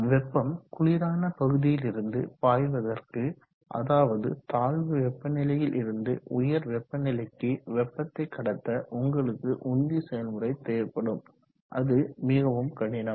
வெப்பம் குளிரான பகுதியிலிருந்து பாய்வதற்கு அதாவது தாழ்வு வெப்பநிலையில் இருந்து உயர் வெப்பநிலைக்கு வெப்பத்தை கடத்த உங்களுக்கு உந்தி செயல்முறை தேவைப்படும் அது மிகவும் கடினம்